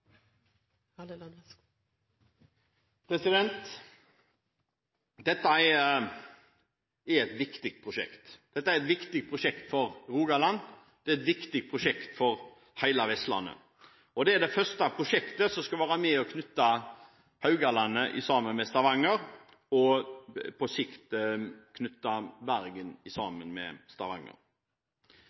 et viktig prosjekt for Rogaland, det er et viktig prosjekt for hele Vestlandet. Det er det første prosjektet som skal være med og knytte Haugalandet sammen med Stavanger, og på sikt knytte Bergen sammen med Stavanger.